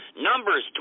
Numbers